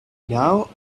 now